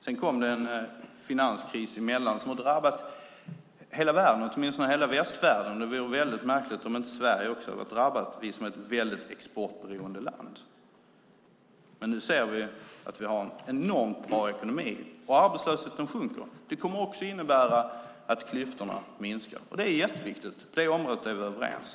Sedan kom det en finanskris emellan som drabbade hela världen, åtminstone hela västvärlden. Då vore det väl märkligt om inte också Sverige hade varit drabbat som är ett väldigt exportberoende land. Men nu ser vi ju att vi har en enormt bra ekonomi och att arbetslösheten sjunker. Det kommer också att innebära att klyftorna minskar, och det är jätteviktigt. På det området är vi överens.